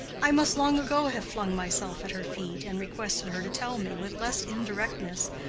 i must long ago have flung myself at her feet, and requested her to tell me, with less indirectness,